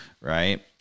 right